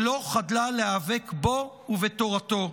ולא חדלה להיאבק בו ובתורתו.